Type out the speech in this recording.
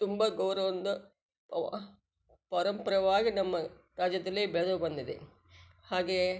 ತುಂಬ ಗೌರವದಿಂದ ವಾ ಪಾರಂಪರ್ಯವಾಗಿ ನಮ್ಮ ರಾಜ್ಯದಲ್ಲಿ ಬೆಳೆದು ಬಂದಿದೆ ಹಾಗೇ